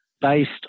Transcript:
based